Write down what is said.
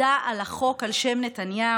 תודה על החוק על שם נתניהו,